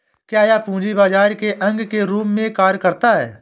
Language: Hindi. क्या यह पूंजी बाजार के अंग के रूप में कार्य करता है?